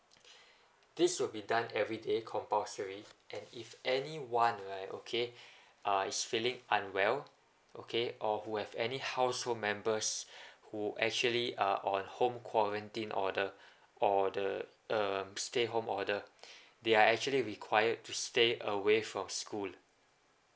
this will be done every day compulsory and if anyone like okay uh is feeling unwell okay or who have any household members who actually uh on home quarantine order or the um stay home order they are actually required to stay away from school